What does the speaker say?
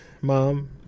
Mom